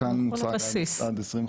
כאן מוצג עד 2050